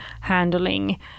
handling